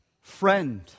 friend